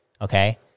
Okay